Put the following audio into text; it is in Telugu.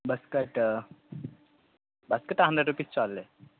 బస్కట్ బస్కట్ హండ్రెడ్ రూపీస్ చాల్లే